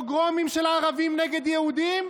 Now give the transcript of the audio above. פוגרומים של ערבים נגד יהודים?